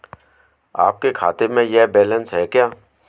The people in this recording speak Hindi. आपके खाते में यह बैलेंस है क्या?